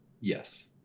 Yes